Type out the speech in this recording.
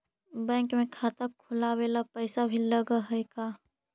Bank में खाता खोलाबे ल पैसा भी लग है का?